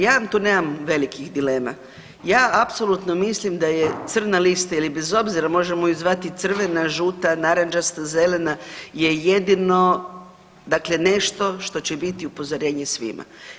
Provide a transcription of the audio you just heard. Ja vam tu nemam velikih dilema, ja apsolutno mislim da je crna lista ili bez obzira možemo ju zvati crvena, žuta, narančasta, zelena je jedino dakle nešto što će biti upozorenje svima.